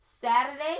Saturday